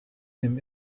him